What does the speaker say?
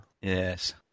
Yes